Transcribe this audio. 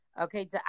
okay